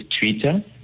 Twitter